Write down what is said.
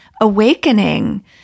awakening